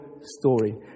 story